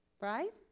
right